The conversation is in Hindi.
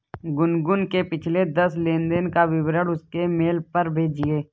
गुनगुन के पिछले दस लेनदेन का विवरण उसके मेल पर भेजिये